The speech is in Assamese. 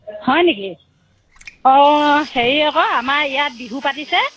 হয় নেকি অ' হেৰি আকৌ আমাৰ ইয়াত বিহু পাতিছে